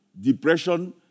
depression